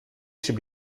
should